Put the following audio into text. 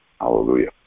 Hallelujah